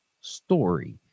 story